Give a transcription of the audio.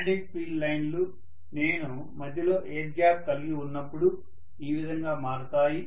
magnetic field లైన్లు నేను మధ్యలో ఎయిర్ గ్యాప్ కలిగి ఉన్నప్పుడు ఈ విధంగా మారతాయి